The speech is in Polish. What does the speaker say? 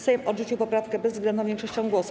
Sejm odrzucił poprawkę bezwzględną większością głosów.